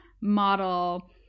model